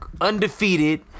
undefeated